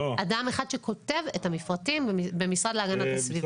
אדם אחד שכותב את המפרטים במשרד להגנת הסביבה.